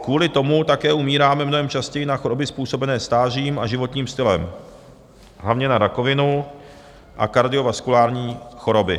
Kvůli tomu také umíráme mnohem častěji na choroby způsobené stářím a životním stylem, hlavně na rakovinu a kardiovaskulární choroby.